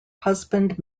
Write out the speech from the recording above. husband